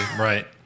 right